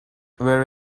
where